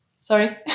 Sorry